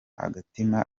agatima